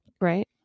right